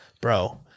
bro